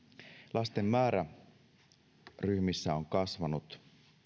lasten määrä ryhmissä on kasvanut